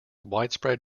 widespread